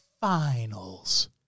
Finals